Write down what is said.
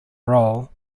role